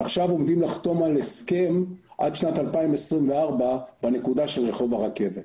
עכשיו הולכים לחתום על הסכם עד שנת 2024 בנקודה של רחוב הרכבת.